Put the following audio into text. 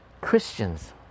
Christians